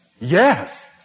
Yes